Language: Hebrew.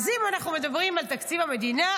אז אם אנחנו מדברים על תקציב המדינה,